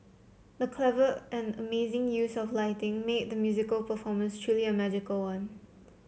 the clever and amazing use of lighting made the musical performance truly a magical one